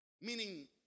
meaning